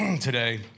today